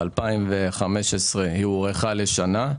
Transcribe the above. ב-2015 היא הוארכה לשנה.